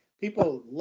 people